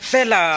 Fella